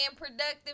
productive